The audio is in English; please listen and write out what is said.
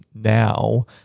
now